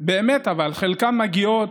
באמת מגיעים